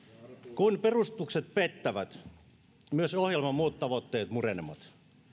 kun perustukset pettävät myös ohjelman muut tavoitteet murenevat